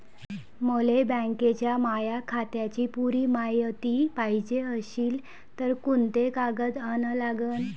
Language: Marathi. मले बँकेच्या माया खात्याची पुरी मायती पायजे अशील तर कुंते कागद अन लागन?